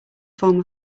form